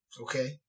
Okay